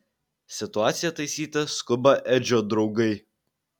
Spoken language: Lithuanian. situaciją taisyti skuba edžio draugai